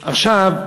עכשיו,